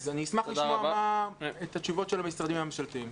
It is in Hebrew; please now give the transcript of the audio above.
אני אשמח לשמוע את התשובות של המשרדים הממשלתיים.